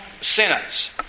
sentence